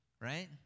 right